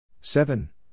Seven